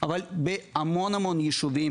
אבל בהמון יישובים